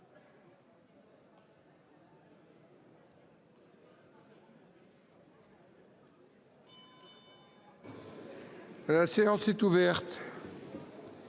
La séance est ouverte.